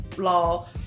law